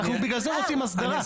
בגלל זה אנחנו רוצים הסדרה.